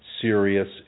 serious